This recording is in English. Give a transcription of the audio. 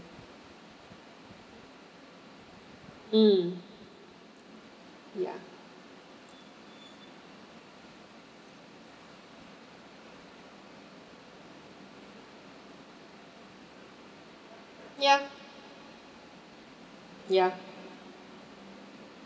mm ya ya ya